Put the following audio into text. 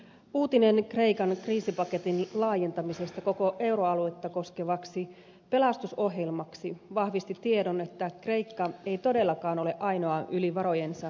uutinen kreikan kriisipaketin laajentamisesta koko euroaluetta koskevaksi pelastusohjelmaksi vahvisti tiedon että kreikka ei todellakaan ole ainoa yli varojensa elänyt maa